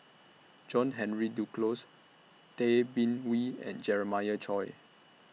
John Henry Duclos Tay Bin Wee and Jeremiah Choy